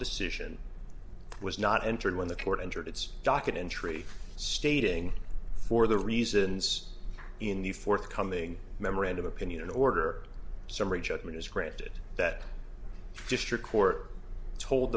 decision was not entered when the court entered its docket entry stating for the reasons in the forthcoming memorandum opinion and order summary judgment is granted that district court told